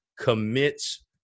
commits